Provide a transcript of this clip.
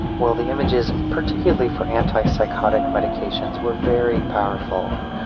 well the images, particularly for anti-psychotic medications, were very powerful.